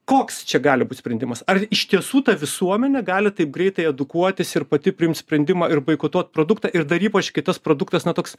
koks čia gali būt sprendimas ar iš tiesų ta visuomenė gali taip greitai edukuotis ir pati priims sprendimą ir boikotuot produktą ir dar ypač kai tas produktas toks